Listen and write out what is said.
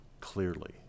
clearly